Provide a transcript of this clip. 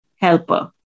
helper